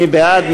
מי בעד?